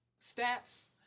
stats